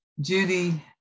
Judy